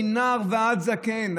מנער ועד זקן,